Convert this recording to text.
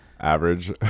average